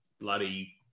bloody